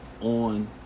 on